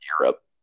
Europe